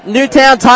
Newtown